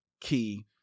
key